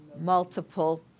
multiple